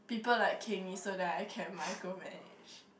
people like Keng-Yi so that I can micromanage